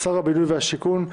שר הבינוי והשיכון,